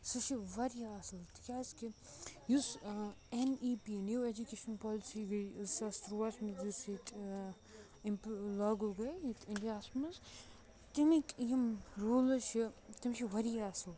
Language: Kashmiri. سُہ چھُ واریاہ اَصٕل تِکیازِ کہِ یُس N E P new education policy گے زٕ ساس ترُٛواہَس منٛز یُس ییٚتہِ لاگوٗو گے ییٚتہِ اِنڈیاہَس منٛز تَمِکۍ یِم روٗلز چھِ تِم چھِ واریاہ اَصٕل